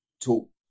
talk